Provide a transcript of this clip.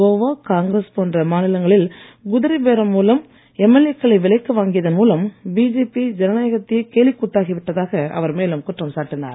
கோவா காங்கிரஸ் போன்ற மாநிலங்களில் குதிரை பேரம் மூலம் எம்எல்ஏ க்களை விலைக்கு வாங்கியதன் மூலம் பிஜேபி ஜனநாயகத்தையே கேலிக் கூத்தாகி விட்டதாக அவர் மேலும் குற்றஞ்சாட்டினார்